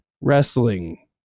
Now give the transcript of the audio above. wrestling